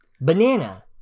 Banana